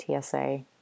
TSA